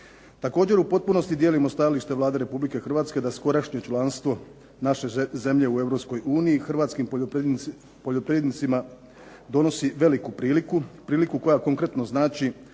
dogoditi. U Potpunosti dijelimo stajalište Vlade Republike Hrvatske da skorašnje članstvo naše zemlje u Europskoj uniji Hrvatskim poljoprivrednicima donosi veliku priliku, priliku koja konkretno znači